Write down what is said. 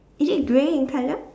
is it grey in colour